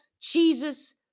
Jesus